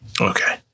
okay